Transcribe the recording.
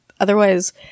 Otherwise –